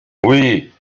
oui